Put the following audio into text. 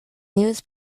news